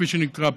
כפי שנקרא פה,